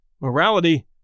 Morality